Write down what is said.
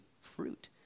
fruit